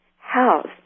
house